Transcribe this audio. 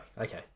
Okay